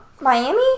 Miami